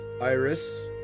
Iris